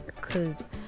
Cause